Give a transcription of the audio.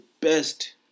best